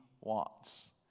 wants